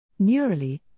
Neurally